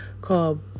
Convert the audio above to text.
called